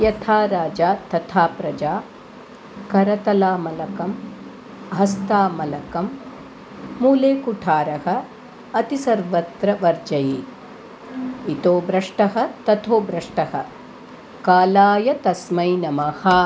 यथा राजा तथा प्रजा करतलामलकं हस्तामलकं मूलेकुठारः अति सर्वत्र वर्जयेत् इतो भ्रष्टः ततो भ्रष्टः कालाय तस्मै नमः